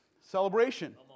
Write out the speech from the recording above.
celebration